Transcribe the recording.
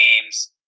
games